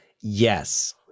Yes